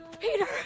Peter